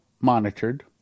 monitored